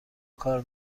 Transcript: کار